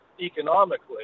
economically